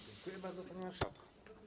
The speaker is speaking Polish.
Dziękuję bardzo, panie marszałku.